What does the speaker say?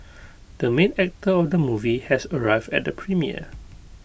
the main actor of the movie has arrived at the premiere